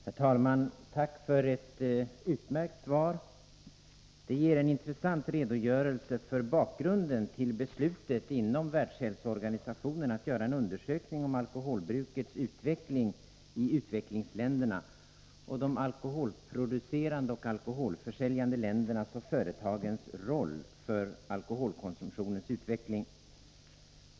Herr talman! Jag tackar statsrådet Sigurdsen för ett utmärkt svar. Det ger en intressant redogörelse för bakgrunden till beslutet inom Världshälsoorganisationen, WHO, att göra en undersökning om alkoholbrukets utveckling i utvecklingsländerna och de alkoholproducerande och alkoholförsäljande ländernas och företagens roll för alkoholkonsumtionens utveckling.